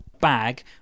bag